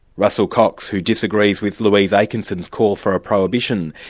russell cocks, who disagrees with louise akenson's call for a prohibition.